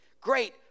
great